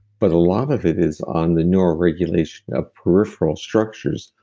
but a lot of of it is on the neural regulation of peripheral structures,